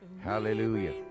Hallelujah